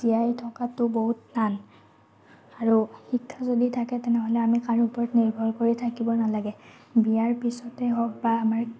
জীয়াই থকাতো বহুত টান আৰু শিক্ষা যদি থাকে তেনেহ'লে আমি কাৰো ওপৰত নিৰ্ভৰ কৰি থাকিব নালাগে বিয়াৰ পিছতে হওক বা আমাৰ